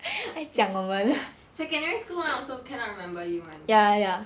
secondary school [one] also cannot remember you [one]